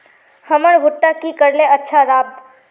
हमर भुट्टा की करले अच्छा राब?